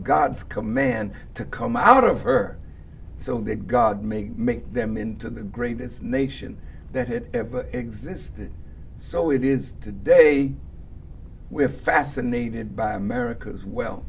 god's command to come out of her so that god may make them into the greatest nation that ever existed so it is today we're fascinated by america's well